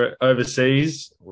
overseas